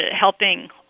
helping